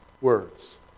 words